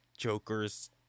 Joker's